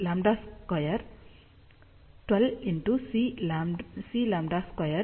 n 80